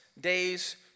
days